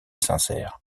sincère